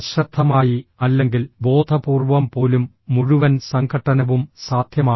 അശ്രദ്ധമായി അല്ലെങ്കിൽ ബോധപൂർവ്വം പോലും മുഴുവൻ സംഘട്ടനവും സാധ്യമാണ്